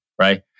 right